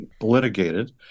litigated